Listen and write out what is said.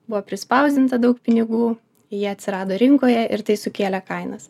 buvo prispausdinta daug pinigų jie atsirado rinkoje ir tai sukėlė kainas